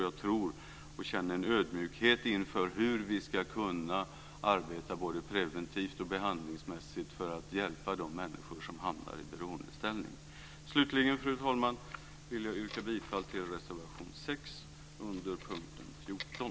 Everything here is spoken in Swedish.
Jag känner en ödmjukhet inför hur vi ska kunna arbeta både preventivt och behandlingsmässigt för att hjälpa de människor som hamnar i beroendeställning. Fru talman! Jag vill slutligen yrka bifall till reservation 6 under punkt 14.